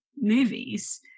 movies